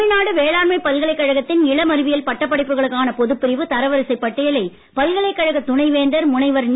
தமிழ்நாடு வேளாண்மைப் பல்கலைக்கழகத்தின் இளமறிவியல் பட்டப்படிப்புகளுக்கான பொதுப்பிரிவு தரவரிசைப் பட்டியலை பல்கலைக்கழக துணைவேந்தர் முனைவர் நீ